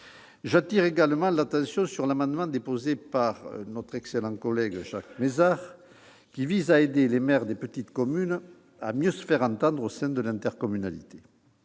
J'attire également l'attention sur l'amendement déposé par notre excellent collègue Jacques Mézard qui vise à aider les maires des petites communes à mieux se faire entendre au sein de l'intercommunalité.